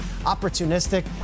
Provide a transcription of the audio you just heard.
Opportunistic